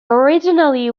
originally